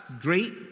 great